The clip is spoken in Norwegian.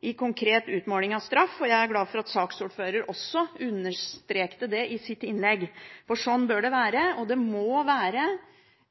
i konkret utmåling av straff. Jeg er glad for at saksordføreren også understreket dette i sitt innlegg, for sånn bør det være.